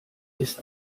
ist